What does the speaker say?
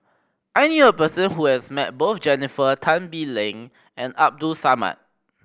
I knew a person who has met both Jennifer Tan Bee Leng and Abdul Samad